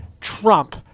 Trump